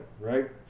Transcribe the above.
right